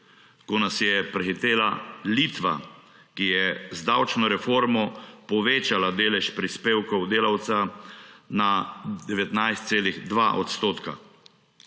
ko nas je prehitela Litva, ki je z davčno reformo povečala delež prispevkov delavca na 19,2 odstotka.